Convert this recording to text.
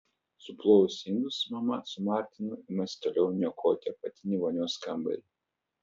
suplovus indus mama su martinu imasi toliau niokoti apatinį vonios kambarį